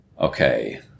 Okay